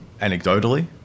anecdotally